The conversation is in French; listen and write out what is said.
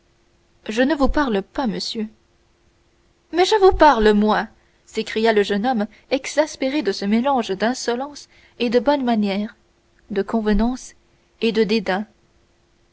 je ne vous parle pas monsieur mais je vous parle moi s'écria le jeune homme exaspéré de ce mélange d'insolence et de bonnes manières de convenances et de dédains